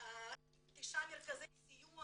אז אני רוצה לפנות למשרד ראש הממשלה למנהלת תחום סיון